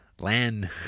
land